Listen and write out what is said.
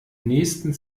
nächsten